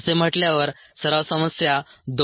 असे म्हटल्यावर सराव समस्या 2